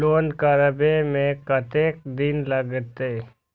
Loan करबे में कतेक दिन लागते?